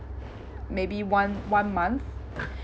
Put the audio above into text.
maybe one one month